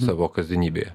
savo kasdienybėje